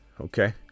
okay